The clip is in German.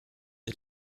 sie